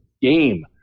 game